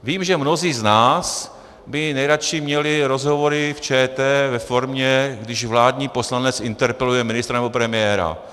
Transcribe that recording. Vím, že mnozí z nás by nejraději měli rozhovory v ČT ve formě, když vládní poslanec interpeluje ministra nebo premiéra.